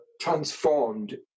transformed